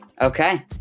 Okay